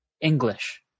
English